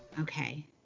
Okay